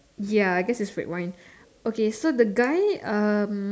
ya I guess it's red wine okay so the guy um